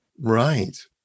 Right